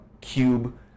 cube